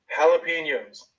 jalapenos